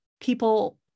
people